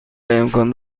امکان